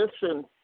listen